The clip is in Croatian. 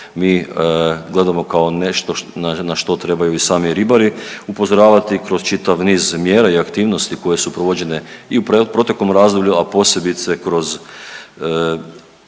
mi gledamo kao nešto na što trebaju i sami ribari upozoravati kroz čitav niz mjera i aktivnosti koje su provođenje i u protekom razdoblju, a posebice kroz